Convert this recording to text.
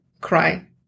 cry